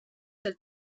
del